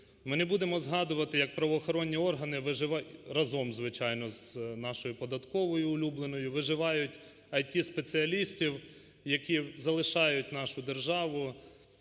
Ми не будемо згадувати, як правоохоронні органи… разом, звичайно, з нашою податковою улюбленою, виживають IT-спеціалістів, які залишають нашу державу,